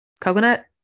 coconut